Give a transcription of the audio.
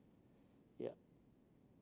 yeah